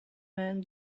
man